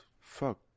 fuck